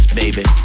baby